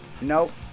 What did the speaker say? Nope